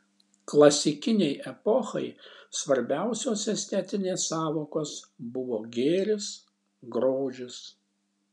klasikinei epochai svarbiausios estetinės sąvokos buvo gėris grožis